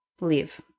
leave